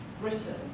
Britain